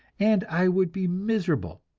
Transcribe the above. and i would be miserable,